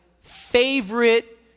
favorite